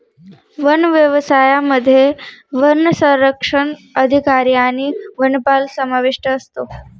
one व्यवसायामध्ये वनसंरक्षक अधिकारी आणि वनपाल समाविष्ट असतो